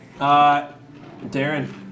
Darren